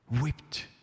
whipped